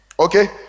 Okay